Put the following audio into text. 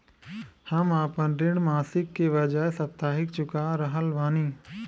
हम आपन ऋण मासिक के बजाय साप्ताहिक चुका रहल बानी